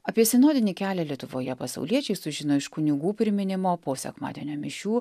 apie sinodinį kelią lietuvoje pasauliečiai sužino iš kunigų priminimo po sekmadienio mišių